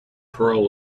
pearl